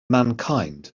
mankind